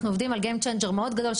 אנחנו עובדים על גיים צ'יינג'ר מאוד גדול,